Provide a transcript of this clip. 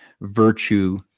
virtue